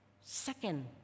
Second